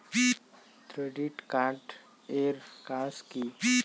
Credit card এর কাজ কি?